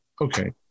Okay